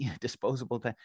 disposable